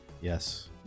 Yes